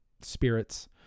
spirits